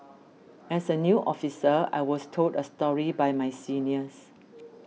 as a new officer I was told a story by my seniors